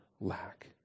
lack